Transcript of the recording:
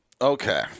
Okay